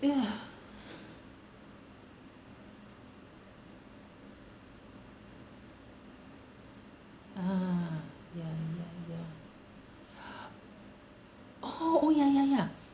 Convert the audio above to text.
ya ah ya ya ya oh oh ya ya ya